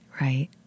right